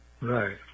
Right